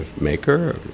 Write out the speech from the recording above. maker